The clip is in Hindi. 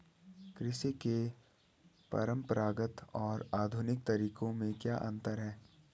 कृषि के परंपरागत और आधुनिक तरीकों में क्या अंतर है?